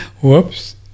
Whoops